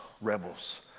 rebels